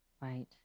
Right